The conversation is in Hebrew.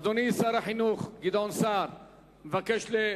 אדוני שר החינוך גדעון סער מבקש, לא.